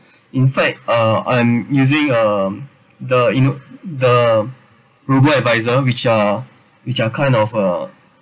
in fact uh I'm using uh the you know the um robo adviser which are which are kind of uh